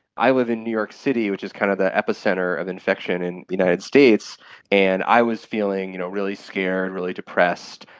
i live in new york city, which is kind of the epicentre of infection in the united states and i was feeling you know really scared, really depressed.